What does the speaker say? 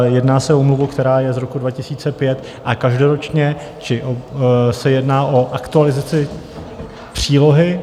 Jedná se o úmluvu, která je z roku 2005 a každoročně se jedná o aktualizaci přílohy.